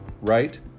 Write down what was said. right